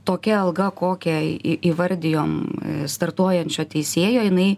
tokia alga kokią į įvardijom startuojančio teisėjo jinai